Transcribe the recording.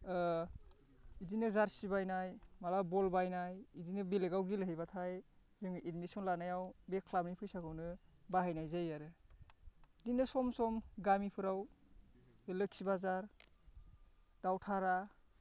बिदिनो जार्सि बायनाय माब्लाबा बल बायनाय बिदिनो बेलेकाव गेलेहैबाथाय जोङो एडमिसन लानायाव बे क्लाबनि फैसाखौनो बाहायनाय जायो आरो बिदिनो सम सम गामिफोराव लोखि बाजार दाउधारा